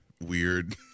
weird